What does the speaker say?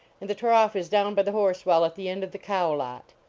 and the trough is down by the horse well at the end of the cow lot.